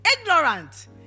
Ignorant